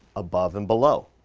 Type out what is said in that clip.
above and below.